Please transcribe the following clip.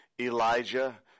Elijah